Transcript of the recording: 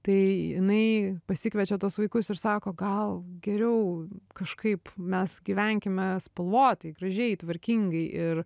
tai jinai pasikviečia tuos vaikus ir sako gal geriau kažkaip mes gyvenkime spalvotai gražiai tvarkingai ir